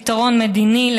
פתרון מדיני,